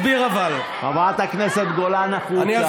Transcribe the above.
חברת הכנסת גולן, החוצה.